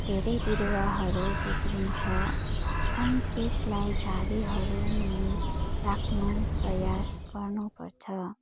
धेरै बिरूवाहरू बिग्रिन्छ अनि त्यसलाई छहारीहरू मुनि राख्नु प्रयास गर्नु पर्छ